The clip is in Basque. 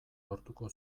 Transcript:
lortuko